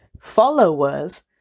followers